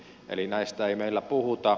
eli näistä ei meillä puhuta